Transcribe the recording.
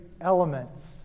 elements